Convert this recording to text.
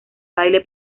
baile